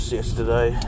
yesterday